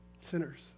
sinners